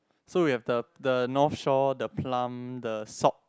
so we have the the North Shore the plum the sock